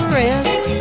rest